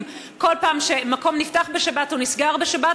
כל פעם שמקום נפתח בשבת או נסגר בשבת,